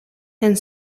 and